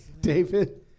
David